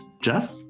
Jeff